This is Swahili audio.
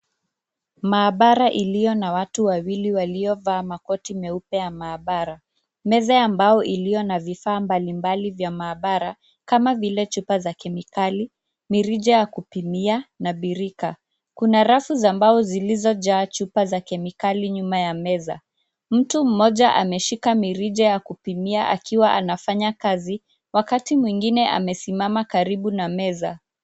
Maabara iliyo na watu wawili waliovaa makoti meupe ya maabara. Meza ya mbao iliyo na vifaa mbalimbali vya maabara kama vile chupa za kemikali, mirija ya kupimia na birika. Kuna rafu za mbao zilizojaa chupa za kemikali nyuma ya meza. Mtu mmoja ameshika mirija ya kupimia akiwa anafanya kazi wakati mwengine amesimama karibu na meza.